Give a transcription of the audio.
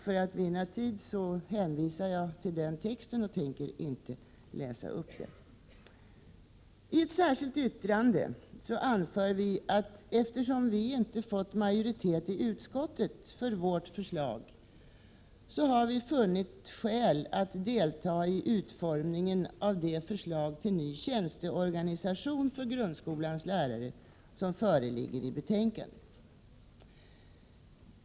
För att vinna tid hänvisar jag till denna text i stället för att här läsa upp den. I ett särskilt yttrande anför vi att vi, eftersom vi inte har fått majoritet i Prot. 1987/88:101 utskottet för vårt förslag, har funnit skäl att delta i utformningen av det = 15 april 1988 förslag till ny tjänsteorganisation för grundskolans lärare som föreligger i betänkandet.